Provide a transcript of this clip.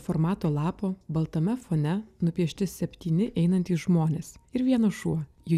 formato lapo baltame fone nupiešti septyni einantys žmonės ir vienas šuo jų